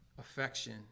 affection